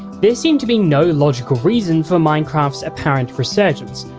there seemed to be no logical reason for minecraft's apparent resurgence.